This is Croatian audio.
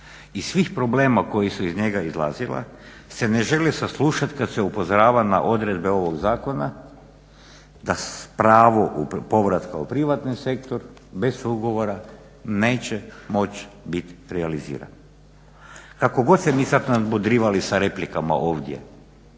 i svih problema koji su iz njega izlazili se ne žele saslušat kad se upozorava na odredbe ovog zakona, da pravo povratka u privatni sektor bez ugovora neće moć bit realizirano. Kako god se mi sad nadmudrivali sa replikama ovdje,